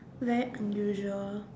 very unusual